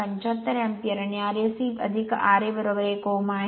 75 ampere आणि Rse ra 1Ωआहे